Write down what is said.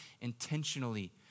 intentionally